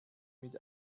mit